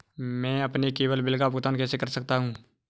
मैं अपने केवल बिल का भुगतान कैसे कर सकता हूँ?